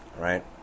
Right